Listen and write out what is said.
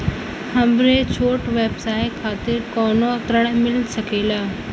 हमरे छोट व्यवसाय खातिर कौनो ऋण मिल सकेला?